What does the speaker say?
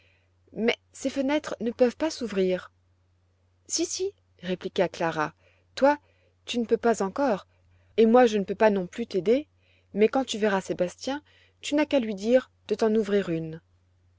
mais ces fenêtres ne peuvent pas s'ouvrir si si répliqua clara toi tu ne peux pas encore et moi je ne peux pas non plus t'aider mais quand tu verras sébastien tu n'as qu'à lui dire de t'en ouvrir une